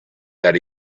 that